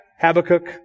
Habakkuk